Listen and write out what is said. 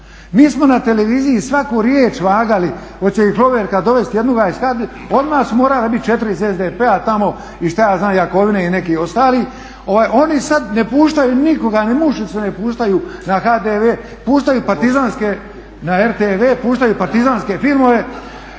Mi smo na televiziji svaku riječ vagali hoće li Hloverka dovesti jednoga iz …/Govornik se ne razumije./… odmah su morala biti 4 iz SDP-a tamo i šta ja znam Jakovine i nekih ostalih. Oni sada ne puštaju nikoga, ni mušice ne puštaju na HTV, puštaju partizanske, na RTV puštaju partizanske filmove